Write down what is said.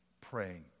Praying